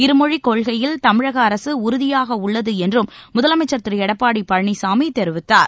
இருமொழி கொள்கையில் தமிழக அரசு உறுதியாக உள்ளது என்றும் முதலமைச்சர் திரு எடப்பாடி பழனிசாமி கூறினார்